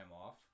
off